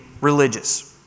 religious